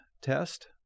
test